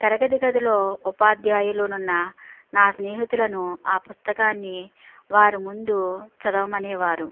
తరగతి గదిలో ఉపాధ్యాయులు ఉన్న నా స్నేహితులను ఆ పుస్తకాన్ని వారి ముందు చదవమనేవారు